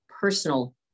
personal